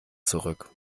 zurück